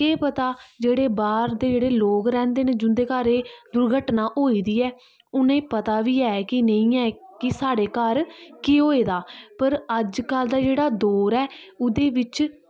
केह् पता जेह्ड़े बाह्र दे जेह्ड़े लोग रैंह्दे नै जिं'दे घर एह् दुर्घटना होई दी ऐ उ'नेंगी पता बी ऐ कि नेईं ऐ कि साढ़े घर केह् होए दा पर अज्जकल दा जेह्ड़ा दौर ऐ ओह्दे बिच्च